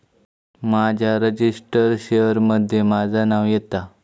माझ्या registered share मध्ये माझा नाव येता